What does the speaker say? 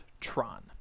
tron